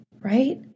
right